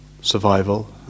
survival